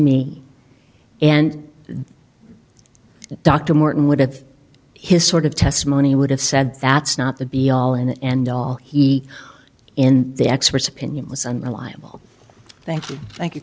me and dr morton would have his sort of testimony would have said that's not the be all and end all he in the expert's opinion was unreliable thank you thank you